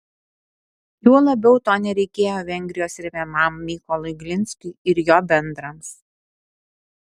juo labiau to nereikėjo vengrijos remiamam mykolui glinskiui ir jo bendrams